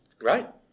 Right